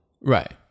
Right